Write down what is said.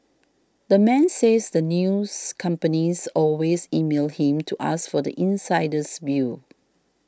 the man says the news companies always email him to ask for the insider's view